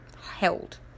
held